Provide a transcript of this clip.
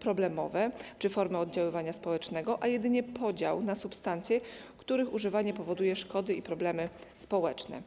problemowe czy formy oddziaływania społecznego, a jedynie podział na substancje, których używanie powoduje szkody i problemy społeczne.